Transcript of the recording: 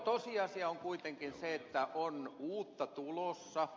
tosiasia on kuitenkin se että on uutta tulossa